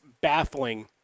baffling